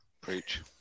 Preach